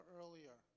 earlier